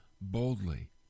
boldly